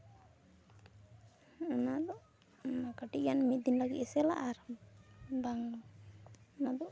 ᱚᱱᱟ ᱫᱚ ᱠᱟᱹᱴᱤᱡ ᱜᱟᱱ ᱢᱤᱫ ᱫᱤᱱ ᱞᱟᱹᱜᱤᱫ ᱮᱥᱮᱞᱟ ᱟᱨ ᱵᱟᱝ ᱚᱱᱟ ᱫᱚ